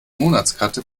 monatskarte